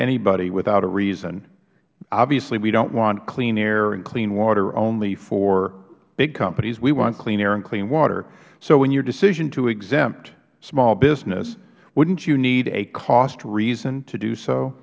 anybody without a reason obviously we don't want clean air and clean water only for big companies we want clean air and clean water so in your decision to exempt small business wouldn't you need a cost reason to do so